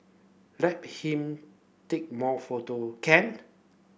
let him take more photo can